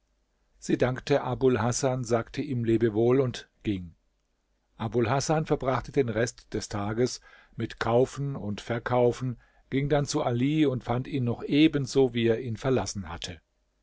sie dankte abul hasan sagte ihm lebewohl und ging abul hasan verbrachte den rest des tages mit kaufen und verkaufen ging dann zu ali und fand ihn noch ebenso wie er ihn verlassen hatte